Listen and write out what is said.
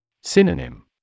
Synonym